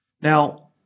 Now